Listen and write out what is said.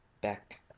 back